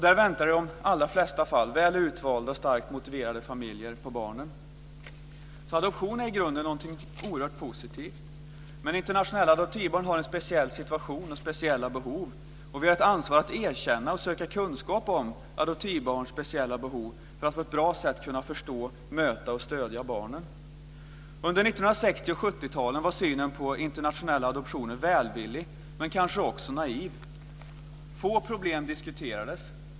Där väntar i de allra flesta fall väl utvalda och starkt motiverade familjer på barnen. Adoption är alltså i grunden något oerhört positivt. Men internationella adoptivbarn har en speciell situation och speciella behov. Vi har ett ansvar i att erkänna och söka kunskap om adoptivbarns speciella behov för att på ett bra sätt kunna förstå, möta och stödja barnen. Under 1960 och 70-talen var synen på internationella adoptioner välvillig, men kanske också naiv. Få problem diskuterades.